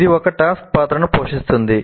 ఇది ఒక టాస్క్ పాత్రను పోషిస్తుంది